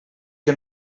que